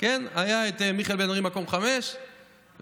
היה מיכאל בן ארי במקום חמישה,